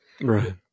Right